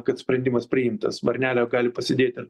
kad sprendimas priimtas varnelę gali pasidėti